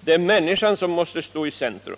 Det är människan som måste stå i centrum.